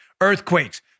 earthquakes